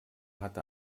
hatte